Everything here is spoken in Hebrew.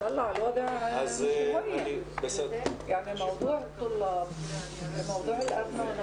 הישיבה ננעלה בשעה 12:40.